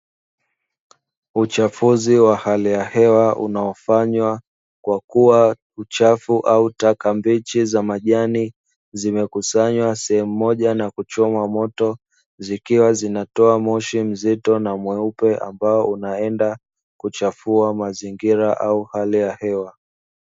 Uchafuzi wa hali ya hewa unaofanywa kwa kuwa uchafu au taka mbichi za majani zimekusanywa sehemu moja na kuchomwa moto, zikiwa zinatoa moshi mzito na mweupe ambao unaenda kuchafua mazingira au hali ya hewa.